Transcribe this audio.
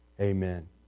Amen